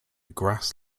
grass